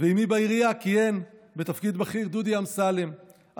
ועימי בעירייה כיהן בתפקיד בכיר דודי אמסלם,